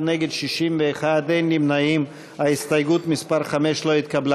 5. ההסתייגות של קבוצת סיעת המחנה הציוני (יצחק הרצוג) לסעיף תקציבי